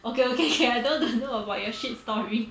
okay okay okay I don't want to know about your shit story